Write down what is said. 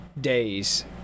days